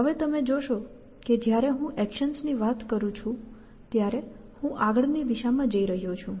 હવે તમે જોશો કે જ્યારે હું એક્શન્સની વાત કરું છું ત્યારે હું આગળની દિશામાં જઈ રહ્યો છું